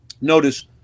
Notice